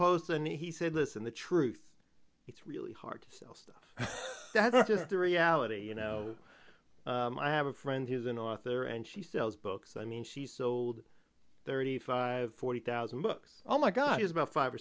post and he said listen the truth it's really hard to sell stuff that's just the reality you know i have a friend who's an author and she sells books i mean she sold thirty five forty thousand books oh my god is about five or